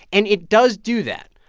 and it does do that.